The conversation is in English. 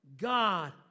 God